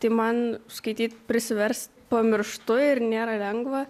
tai man skaityt prisiverst pamirštu ir nėra lengva